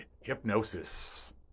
Hypnosis